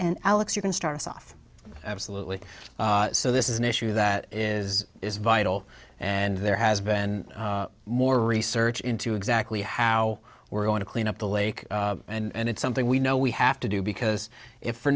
and alex you can start us off absolutely so this is an issue that is is vital and there has been more research into exactly how we're going to clean up the lake and it's something we know we have to do because if for